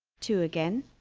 two again